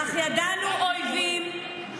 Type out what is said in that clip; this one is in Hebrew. תעשו מעשים, לא רק דיבורים.